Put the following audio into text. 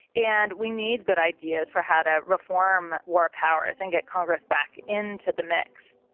and we need good ideas for how to reform war powers and get congress back into the mix